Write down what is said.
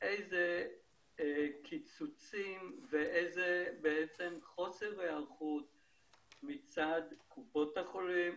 איזה קיצוצים ואיזה חוסר היערכות מצד קופות החולים.